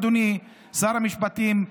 אדוני שר המשפטים,